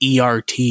ERT